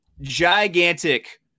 gigantic